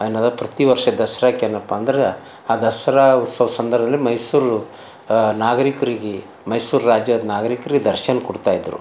ಏನದ ಪ್ರತಿವರ್ಷ ದಸರಾಕ್ ಏನಪ್ಪಾ ಅಂದ್ರೆ ಆ ದಸರಾ ಉತ್ಸವ ಸಂದರ್ಭದಲ್ಲಿ ಮೈಸೂರು ನಾಗರಿಕ್ರಿಗೆ ಮೈಸೂರು ರಾಜ್ಯದ ನಾಗರಿಕ್ರಿಗೆ ದರ್ಶನ ಕೊಡ್ತಾಯಿದ್ರು